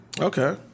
Okay